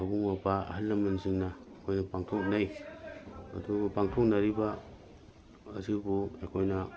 ꯃꯕꯨꯡ ꯃꯧꯄ꯭ꯋꯥ ꯑꯍꯜ ꯂꯃꯟꯁꯤꯡꯅ ꯑꯩꯈꯣꯏ ꯄꯥꯡꯊꯣꯛꯅꯩ ꯑꯗꯨ ꯄꯥꯡꯊꯣꯛꯅꯔꯤꯕ ꯑꯁꯤꯕꯨ ꯑꯩꯈꯣꯏꯅ